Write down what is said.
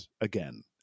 again